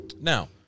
Now